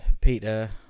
Peter